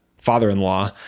father-in-law